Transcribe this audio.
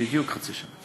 בדיוק חצי שנה.